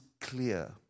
clear